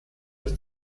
des